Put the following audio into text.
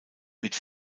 mit